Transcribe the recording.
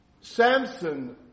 Samson